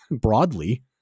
Broadly